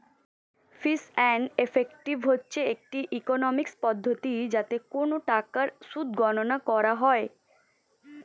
fees and effective হচ্ছে একটি economics পদ্ধতি যাতে কোন টাকার সুদ গণনা করা হয়